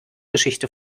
geschichte